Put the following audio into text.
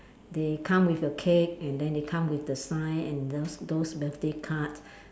they come with the cake and then they come with the sign and those those birthday cards